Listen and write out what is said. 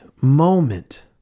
moment